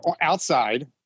outside